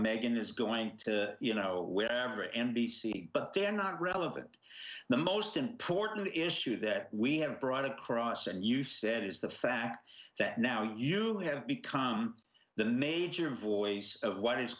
meghan is going to you know where for n b c but they're not relevant the most important issue that we have brought across and you said is the fact that now you have become the major voice of what i